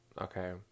okay